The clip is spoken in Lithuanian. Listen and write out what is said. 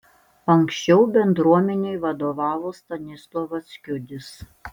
anksčiau bendruomenei vadovavo stanislovas kiudis